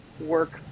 work